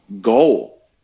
goal